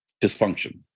dysfunction